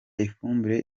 ifumbire